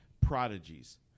prodigies